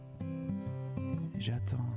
j'attends